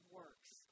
works